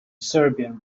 serbian